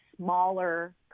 smaller